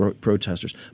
protesters